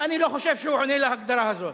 אני לא חושב שהוא עונה על ההגדרה הזאת.